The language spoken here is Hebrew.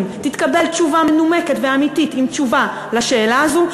תתקבל תשובה מנומקת ואמיתית לשאלה הזו,